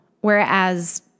whereas